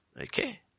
Okay